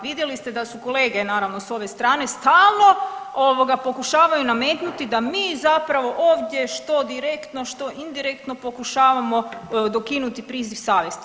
Vidjeli ste da su kolege naravno s ove strane stalno ovoga pokušavaju nametnuti da mi zapravo ovdje što direktno, što indirektno pokušavamo dokinuti priziv savjesti.